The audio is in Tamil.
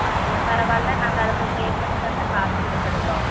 அப்படியா பரவாயில்லை நாங்கள் அதை இப்போ க்ளீன் பண்ணி தந்தால் காசு கொடுத்துருதோம்